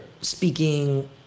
speaking